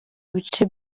bice